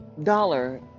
dollar